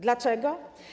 Dlaczego?